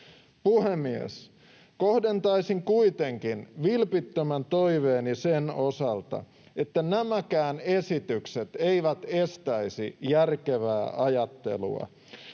Puhemies! Kohdentaisin kuitenkin vilpittömän toiveeni sen osalta, että nämäkään esitykset eivät estäisi järkevää ajattelua.